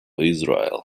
israel